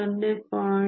60 me